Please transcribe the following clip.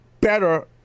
better